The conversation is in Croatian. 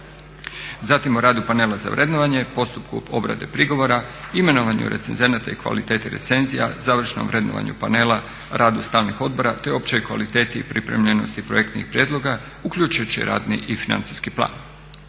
Zatim o radu panela za vrednovanje, postupku obrade prigovora, imenovanju recenzenata i kvaliteti recenzija, završnom vrednovanju panela, radu stalnih odbora te općoj kvaliteti i pripremljenosti projektnih prijedlog uključujući radni i financijski plan.